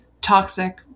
toxic